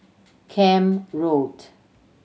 Camp Road